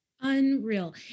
unreal